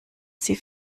sie